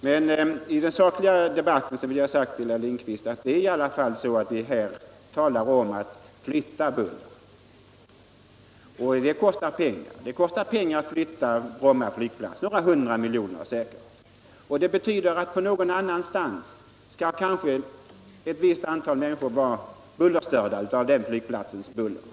Men i den sakliga debatten vill jag ha sagt till herr Lindkvist att vi här talar om att flytta buller — och det kostar pengar. Det kostar pengar att flytta Bromma flygplats, säkert några hundra miljoner kronor. Det betyder att någon annanstans skall ett visst antal människor bli störda av flygplatsbuller.